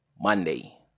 Monday